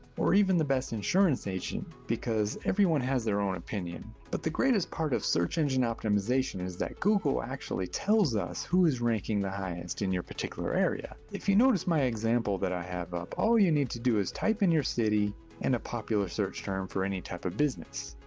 or even the best insurance agent because everyone has their own opinion but the greatest part of search engine optimization is that google actually tells us who is ranking the highest in your particular area. if you notice my example that i have up. all you need to do is type in your city and a popular search term for any type of business.